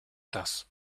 das